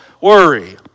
worry